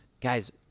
guys